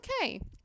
okay